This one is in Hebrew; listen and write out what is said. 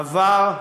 עבר,